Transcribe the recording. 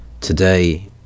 today